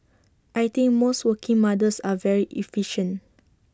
I think most working mothers are very efficient